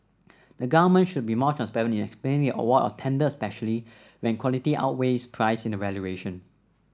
the government should be more transparent in explaining the award of tender especially when quality outweighs price in the evaluation